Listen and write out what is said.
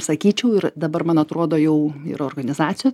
sakyčiau ir dabar man atrodo jau ir organizaci